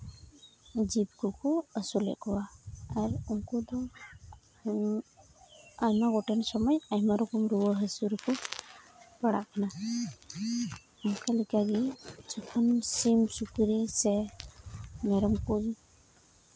ᱡᱤᱵᱽ ᱠᱚᱠᱚ ᱟᱹᱥᱩᱞᱮᱫ ᱠᱚᱣᱟ ᱟᱨ ᱩᱱᱠᱩ ᱫᱚ ᱟᱭᱢᱟ ᱜᱚᱴᱮᱱ ᱥᱚᱢᱚᱭ ᱟᱭᱢᱟ ᱨᱚᱠᱚᱢ ᱨᱩᱣᱟᱹ ᱦᱟᱹᱥᱩ ᱯᱟᱲᱟᱜ ᱠᱟᱱᱟ ᱚᱱᱠᱟ ᱞᱮᱠᱟᱜᱮ ᱡᱚᱠᱷᱚᱱ ᱥᱤᱢ ᱥᱩᱠᱨᱤ ᱥᱮ ᱢᱮᱨᱚᱢ ᱠᱚ